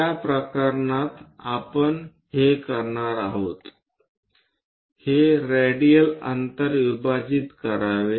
त्या प्रकरणात आपण हे करणार आहोत हे रेडियल अंतर विभाजित करावे